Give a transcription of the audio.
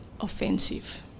offensive